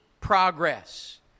progress